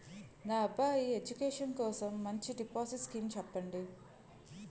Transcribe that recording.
నా అబ్బాయి ఎడ్యుకేషన్ కోసం మంచి డిపాజిట్ స్కీం చెప్పండి